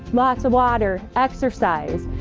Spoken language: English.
lots of water, exercise.